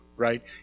Right